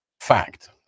fact